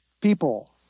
people